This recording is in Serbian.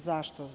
Zašto?